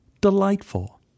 Delightful